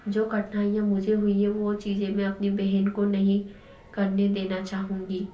जो कठिनाइयाँ मुझे हुई है वो चीज़ें में अपनी बहन को नहीं करने देना चाहूँगी